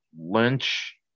Lynch